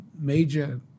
major